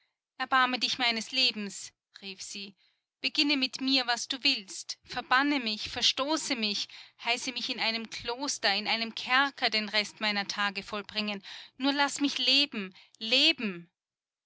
erbarme dich meines lebens rief sie beginne mit mir was du willst verbanne mich verstoße mich heiße mich in einem kloster in einem kerker den rest meiner tage vollbringen nur laß mich leben leben